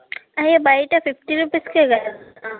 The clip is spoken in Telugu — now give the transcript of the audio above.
అవి బయట ఫిఫ్టీ రుపీస్కే కదా